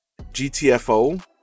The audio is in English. gtfo